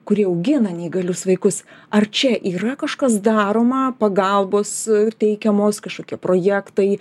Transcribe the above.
kurie augina neįgalius vaikus ar čia yra kažkas daroma pagalbos teikiamos kažkokie projektai